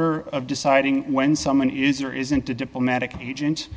arbiter of deciding when someone is or isn't a diplomatic agent